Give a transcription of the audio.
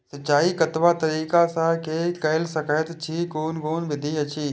सिंचाई कतवा तरीका स के कैल सकैत छी कून कून विधि अछि?